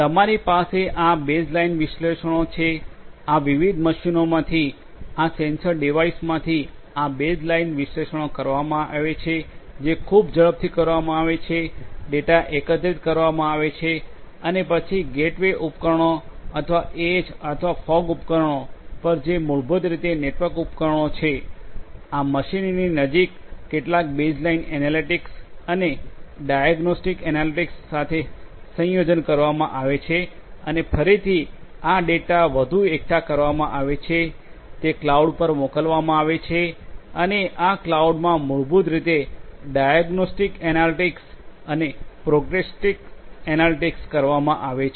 તમારી પાસે આ બેઝલાઇન વિશ્લેષણો છે આ વિવિધ મશીનોમાંથી આ સેન્સર ડિવાઇસમાંથી આ બેઝલાઇન વિશ્લેષણો કરવામાં આવે છે જે ખૂબ ઝડપથી કરવામાં આવે છે ડેટા એકત્રિત કરવામાં આવે છે અને પછી ગેટવે ઉપકરણો અથવા એજ અથવા ફોગ ઉપકરણો પર જે મૂળભૂત રીતે નેટવર્ક ઉપકરણો છે આ મશીનરીની નજીક કેટલાક બેઝલાઈન એનાલિટિક્સ અને ડાયગ્નોસ્ટિક એનાલિટિક્સ સાથે સંયોજન કરવામાં આવે છે અને ફરીથી આ ડેટા વધુ એકઠા કરવામાં આવે છે તે ક્લાઉડ પર મોકલવામાં આવે છે અને આ ક્લાઉડમાં મૂળભૂત રીતે ડાયગ્નોસ્ટિક એનાલિટિક્સ અને પ્રોગ્નોસ્ટિક એનાલિટિક્સ કરવામાં આવે છે